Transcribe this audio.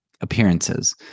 appearances